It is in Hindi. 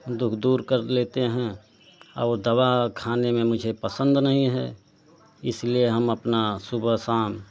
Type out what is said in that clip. हम दुख दूर कर लेते हैं और दवा खाने में मुझे पसंद नहीं है इसलिए हम अपना सुबह शाम